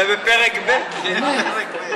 זה בפרק ב'.